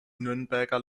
nürnberger